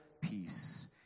peace